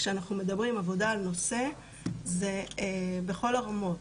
כשאנחנו מדברים על עבודה על נושא זה בכל הרמות,